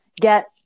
get